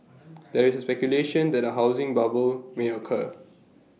there is speculation that A housing bubble may occur